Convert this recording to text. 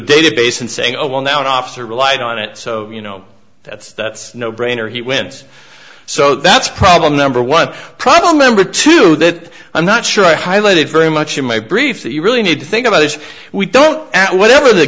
database and saying oh well now an officer relied on it so you know that's that's a no brainer he wins so that's problem number one problem number two that i'm not sure i highlighted very much in my brief that you really need to think about as we don't at whatever the